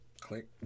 click